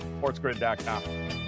SportsGrid.com